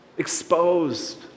exposed